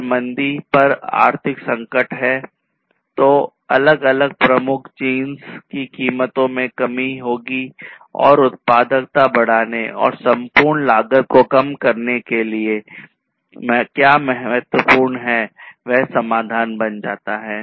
अगर मंदी पर आर्थिक संकट है तो अलग अलग प्रमुख जिंस की कीमतों में कमी होगी और उत्पादकता बढ़ाने और संपूर्ण लागत को कम करने के लिए क्या महत्वपूर्ण है वह समाधान बन जाता है